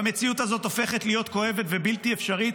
והמציאות הזאת הופכת להיות כואבת ובלתי אפשרית,